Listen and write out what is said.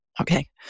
Okay